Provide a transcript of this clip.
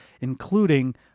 including